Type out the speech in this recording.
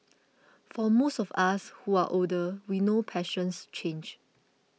for most of us who are older we know passions change